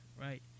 right